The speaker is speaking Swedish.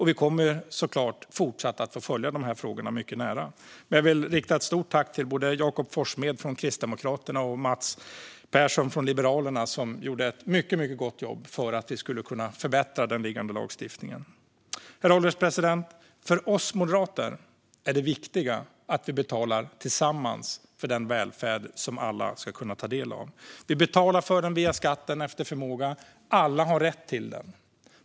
Vi kommer såklart att få fortsätta följa de här frågorna mycket nära. Jag vill rikta ett stort tack till både Jakob Forssmed från Kristdemokraterna och Mats Persson från Liberalerna, som gjorde ett mycket gott jobb för att vi skulle kunna förbättra den liggande lagstiftningen. Herr ålderspresident! För oss moderater är det viktiga att vi betalar tillsammans för den välfärd som alla ska kunna ta del av. Vi betalar för den via skatten och efter förmåga. Alla har rätt till den.